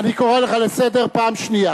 אני קורא לך לסדר פעם שנייה.